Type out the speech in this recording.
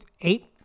Eight